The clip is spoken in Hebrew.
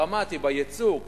דרמטי ביצוא,